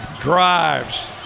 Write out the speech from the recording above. drives